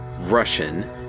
Russian